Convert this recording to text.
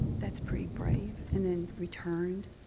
that's pretty brave, and then returned.